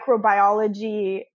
microbiology